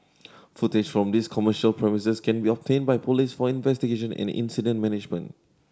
footage from these commercial premises can be obtained by police for investigation and incident management